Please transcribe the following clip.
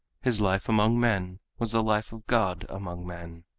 his life among men was the life of god among men.